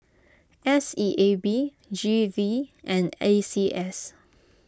S E A B G V and A C S